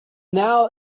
now